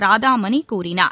ராதாமணி கூறினார்